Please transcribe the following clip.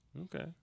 Okay